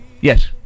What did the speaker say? Yes